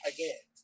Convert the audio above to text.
Again